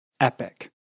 Epic